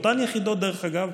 דרך אגב,